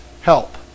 help